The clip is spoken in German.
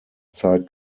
zeit